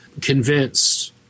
convinced